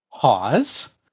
Pause